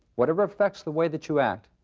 whatever affects the way that you act,